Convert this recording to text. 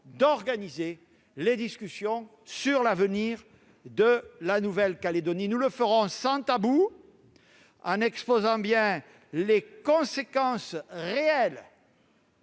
d'organiser les discussions sur l'avenir de la Nouvelle-Calédonie. Nous le ferons sans tabou, en exposant bien les conséquences réelles